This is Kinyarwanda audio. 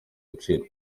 agaciro